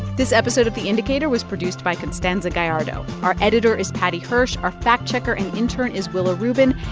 this episode of the indicator was produced by constanza gallardo. our editor is paddy hirsch. our fact-checker and intern is willa rubin.